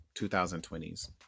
2020s